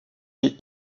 est